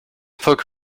poke